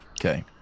Okay